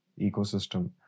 ecosystem